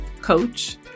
coach